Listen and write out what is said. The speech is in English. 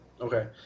Okay